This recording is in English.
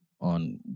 on